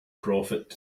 prophet